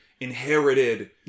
inherited